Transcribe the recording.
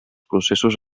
processos